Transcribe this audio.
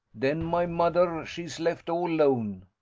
den my mo'der she's left all lone.